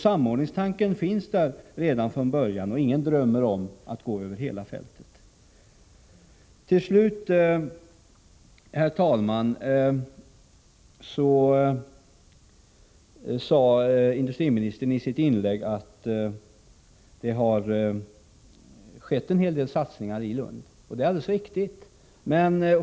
Samordningstanken finns där alltså från början, och ingen drömmer om att gå över hela fältet. Slutligen, herr talman, sade industriministern i sitt inlägg att det har gjorts en hel del satsningar i Lund, och det är alldeles riktigt.